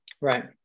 right